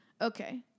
Okay